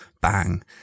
Bang